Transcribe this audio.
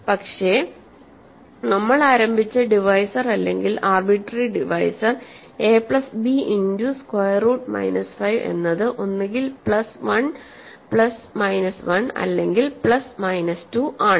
പക്ഷേ നമ്മൾ ആരംഭിച്ച ഡിവൈസർ അല്ലെങ്കിൽ arbitrary divisor A plus B into square root minus 5 എന്നത് ഒന്നുകിൽ പ്ലസ് 1 പ്ലസ് മൈനസ് 1 അല്ലെങ്കിൽ പ്ലസ് മൈനസ് 2 ആണ്